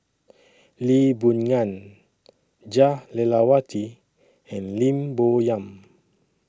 Lee Boon Ngan Jah Lelawati and Lim Bo Yam